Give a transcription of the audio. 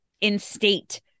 instate